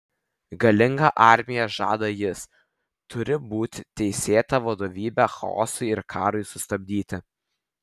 galinga armija žada jis turi būti teisėta vadovybė chaosui ir karui sustabdyti